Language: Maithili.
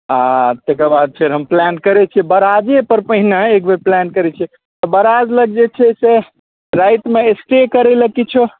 आओर तकर बाद हम प्लान करै छी फेर बराजेपर पहिने एक बेर प्लान करै छिए तऽ बराज लग जे छै से रातिमे स्टे करै लए किछो